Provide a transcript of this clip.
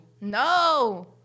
No